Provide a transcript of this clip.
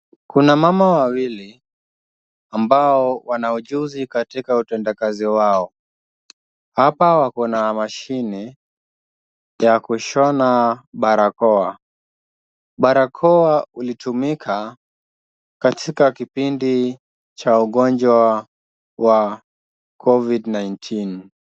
Kuna mama wawili ambao wana ujuzi katika utendakazi wao. Hapa wako na mashine ya kushona barakoa. Barakoa ulitumika katika kipindi cha ugonjwa wa covid-19 .